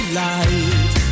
light